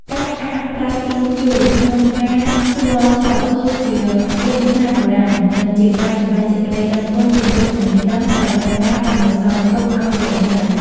ការផ្អាកប្រើគ្រឿងជូរក្នុងការស្លស្លុកគឺជាក្បួនខ្នាតបុរាណ និង ជាការសម្តែងសេចក្តីដឹងគុណចំពោះចំណេះដឹងដែលដូនតាបានបន្សល់ទុកឱ្យកូនចៅ។